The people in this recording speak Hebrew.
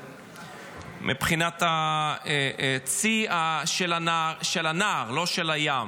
מבחינת הצי של הנהר, לא של הים.